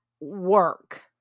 work